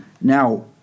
Now